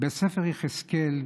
בספר יחזקאל,